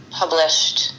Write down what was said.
published